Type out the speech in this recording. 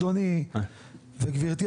אדוני וגברתי,